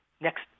next